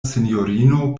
sinjorino